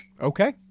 Okay